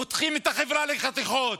חותכים את החברה לחתיכות,